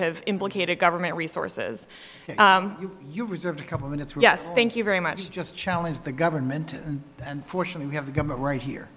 have implicated government resources you reserved a couple minutes yes thank you very much just challenge the government and fortunately we have the government right here